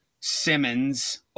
Simmons